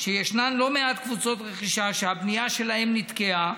שישנן לא מעט קבוצות רכישה שהבנייה שלהן נתקעה,